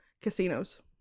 casinos